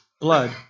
blood